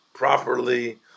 properly